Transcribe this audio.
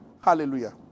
Hallelujah